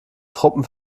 truppen